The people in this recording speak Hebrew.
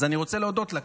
אז אני רוצה להודות לה,